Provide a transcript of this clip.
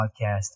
Podcast